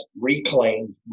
reclaimed